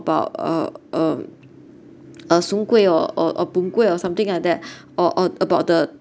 about uh um a soon kueh or or a png kueh or something like that or or about the